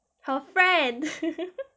her friends